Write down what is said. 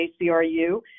ACRU